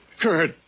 Kurt